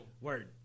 Word